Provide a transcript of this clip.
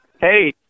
Hey